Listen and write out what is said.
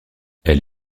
elle